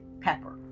pepper